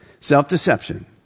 Self-deception